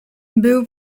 był